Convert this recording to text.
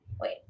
Wait